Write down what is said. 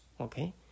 okay